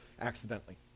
accidentally